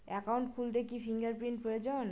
Account খুলতে কি finger print প্রয়োজন?